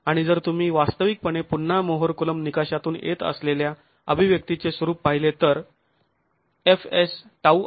आणि जर तुम्ही वास्तविकपणे पुन्हा मोहर कुलोंब निकषातून येत असलेल्या अभिव्यक्तीचे स्वरूप पाहिले तर fs τ आहे ०